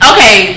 Okay